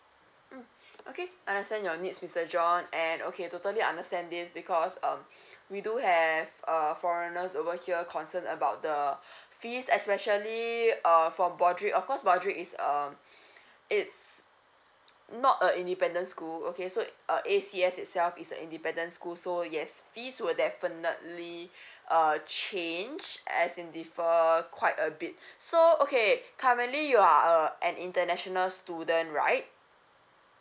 mm okay understand your needs mr john and okay totally understand this because um we do have uh foreigners over here concerned about the fees especially uh for boardrick of course boardrick is um it's not a independent school okay so uh A_C_S itself is a independent school so yes fees will definitely uh change as in differ quite a bit so okay currently you are uh an international student right